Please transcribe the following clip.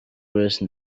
grace